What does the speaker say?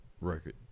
record